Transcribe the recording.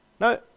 No